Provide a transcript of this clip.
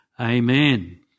Amen